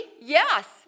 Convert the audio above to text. Yes